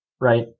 Right